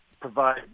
provide